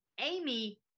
Amy